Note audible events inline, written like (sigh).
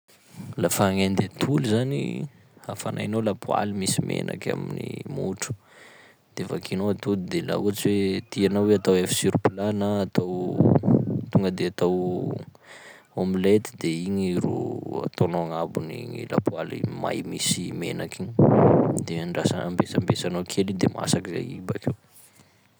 Lafa agnendy atoly zany: hafanainao lapoaly misy menaky amin'ny motro, de vakianao atody de laha ohatsy hoe tianao i atao œuf sur plat na atao (noise) tonga de atao (hesitation) omelette de igny ro ataonao agnabon'igny lapoaly igny may misy menaky igny (noise) de andrasa- ambesambesanao kely i de masaky zay i bakeo.